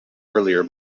earlier